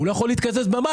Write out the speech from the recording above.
הוא לא יכול להתקזז במע"מ,